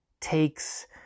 takes